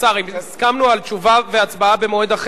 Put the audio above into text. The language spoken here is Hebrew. הסכמנו על תשובה והצבעה במועד אחר.